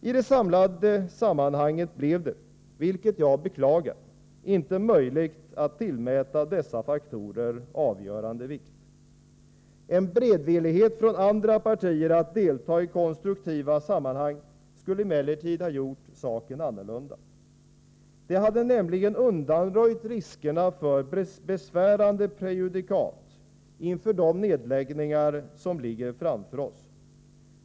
I det samlade sammanhanget blev det, vilket jag beklagar, inte möjligt att tillmäta dessa faktorer avgörande vikt. En beredvillighet från andra partier att delta i konstruktiva sammanhang skulle emellertid ha gjort saken annorlunda. Det hade nämligen undanröjt riskerna för besvärande prejudikat inför de nedläggningar som ligger framför oss.